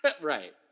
Right